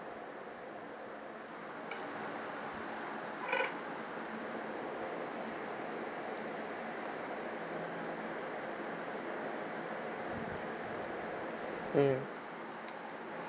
mm